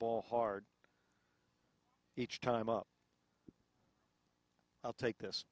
ball hard each time up i'll take this